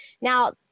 now